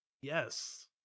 Yes